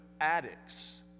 addicts